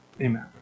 Amen